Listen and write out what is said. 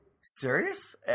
serious